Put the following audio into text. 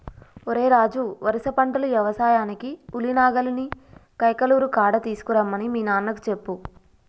ఓరై రాజు వరుస పంటలు యవసాయానికి ఉలి నాగలిని కైకలూరు కాడ తీసుకురమ్మని మీ నాన్నకు చెప్పు